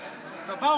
אתה בא,